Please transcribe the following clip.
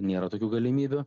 nėra tokių galimybių